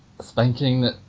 Spanking